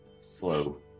Slow